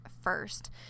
first